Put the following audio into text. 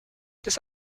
this